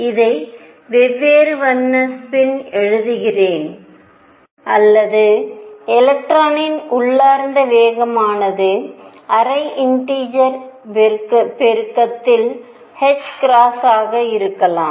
இதை வெவ்வேறு வண்ண ஸ்பின் எழுதுகிறேன் அல்லது எலக்ட்ரானின் உள்ளார்ந்த வேகமானது அரை இண்டீஜர் பெருக்கத்தில் ஆக இருக்கலாம்